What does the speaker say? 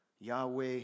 Yahweh